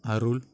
அருள்